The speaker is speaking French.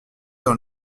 dans